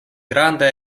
granda